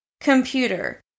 Computer